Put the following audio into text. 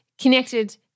connected